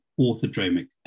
orthodromic